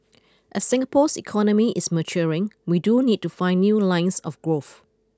as Singapore's economy is maturing we do need to find new lines of growth